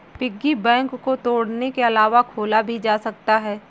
piggy bank को तोड़ने के अलावा खोला भी जा सकता है